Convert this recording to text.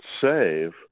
save